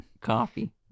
coffee